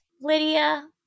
Lydia